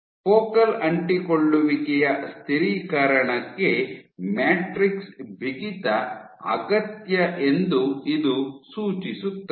focal ಅಂಟಿಕೊಳ್ಳುವಿಕೆಯ ಸ್ಥಿರೀಕರಣಕ್ಕೆ matrix ಬಿಗಿತ ಅಗತ್ಯ ಎಂದು ಇದು ಸೂಚಿಸುತ್ತದೆ